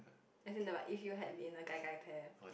as in the but if you have in a Gai-Gai pair